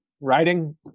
writing